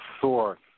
source